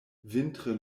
vintre